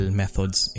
methods